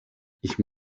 ich